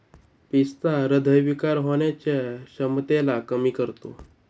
पिस्ता हृदय विकार होण्याच्या शक्यतेला कमी करतो